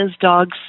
dogs